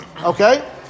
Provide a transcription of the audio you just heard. Okay